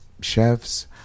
chefs